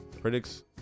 critics